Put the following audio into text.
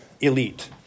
elite